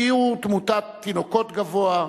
שיעור תמותת תינוקות גבוה,